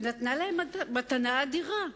היא נתנה להם מתנה אדירה.